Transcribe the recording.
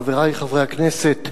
חברי חברי הכנסת,